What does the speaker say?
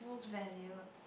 venue